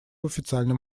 официальном